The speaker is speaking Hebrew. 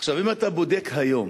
אם אתה בודק היום